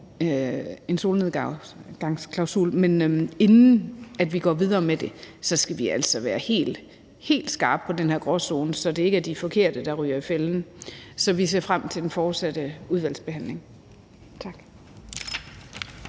en solnedgangsklausul, men inden vi går videre med det, skal vi altså være helt skarpe på den her gråzone, så det ikke er de forkerte, der ryger i fælden. Så vi ser frem til den fortsatte udvalgsbehandling. Tak.